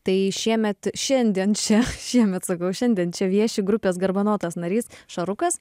tai šiemet šiandien čia šiemet sakau šiandien čia vieši grupės garbanotas narys šarukas